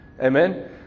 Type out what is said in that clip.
Amen